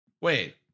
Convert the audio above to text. Wait